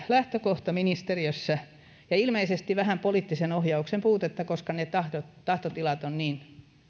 lähtökohta siellä ministeriössä ja ilmeisesti on ollut vähän poliittisen ohjauksen puutetta koska ne tahtotilat tahtotilat ovat niin